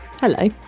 Hello